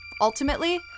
ultimately